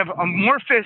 amorphous